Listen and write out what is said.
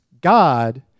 God